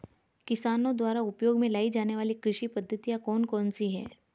किसानों द्वारा उपयोग में लाई जाने वाली कृषि पद्धतियाँ कौन कौन सी हैं?